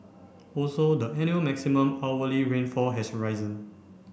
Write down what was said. also the annual maximum hourly rainfall has risen